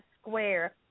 square